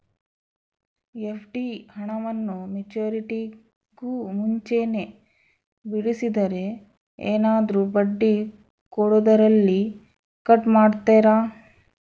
FD ಹಣವನ್ನು ಮೆಚ್ಯೂರಿಟಿಗೂ ಮುಂಚೆನೇ ಬಿಡಿಸಿದರೆ ಏನಾದರೂ ಬಡ್ಡಿ ಕೊಡೋದರಲ್ಲಿ ಕಟ್ ಮಾಡ್ತೇರಾ?